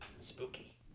spooky